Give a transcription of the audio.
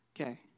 Okay